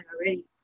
already